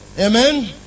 Amen